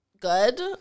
good